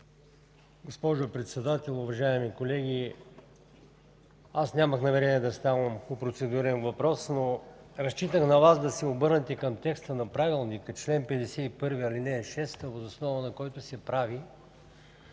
Госпожо Председател, уважаеми колеги! Аз нямах намерение да ставам по процедурен въпрос, но разчитам на Вас да се обърнете към текста на Правилника – чл. 51, ал. 6, въз основа на който се прави,